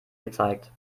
gezeigt